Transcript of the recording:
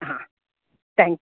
ಹಾಂ thank you